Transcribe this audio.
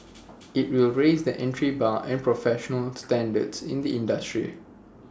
IT will raise the entry bar and professional standards in the industry